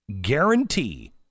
guarantee